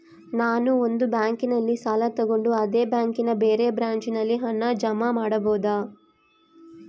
ನಾನು ಒಂದು ಬ್ಯಾಂಕಿನಲ್ಲಿ ಸಾಲ ತಗೊಂಡು ಅದೇ ಬ್ಯಾಂಕಿನ ಬೇರೆ ಬ್ರಾಂಚಿನಲ್ಲಿ ಹಣ ಜಮಾ ಮಾಡಬೋದ?